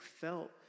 felt